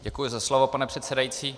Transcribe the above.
Děkuji za slovo, pane předsedající.